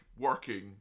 working